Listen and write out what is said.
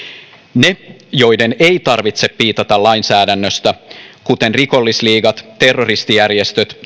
ne joiden ei tarvitse piitata lainsäädännöstä kuten rikollisliigat terroristijärjestöt